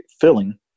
filling